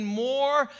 more